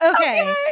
Okay